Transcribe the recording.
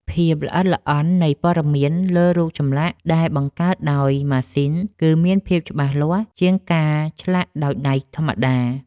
ភាពល្អិតល្អន់នៃព័ត៌មានលើរូបចម្លាក់ដែលបង្កើតដោយម៉ាស៊ីន គឺមានភាពច្បាស់លាស់ជាងការឆ្លាក់ដោយដៃធម្មតា។